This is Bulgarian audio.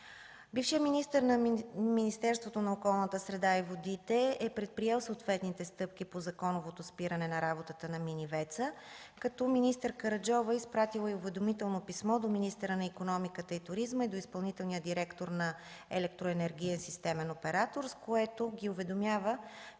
Бившият министър на Министерството на околната среда и водите е предприел съответните стъпки по законовото спиране на работата на мини ВЕЦ-а, като министър Караджова е изпратила уведомително писмо до министъра на икономиката и туризма и до изпълнителния директор на електроенергиен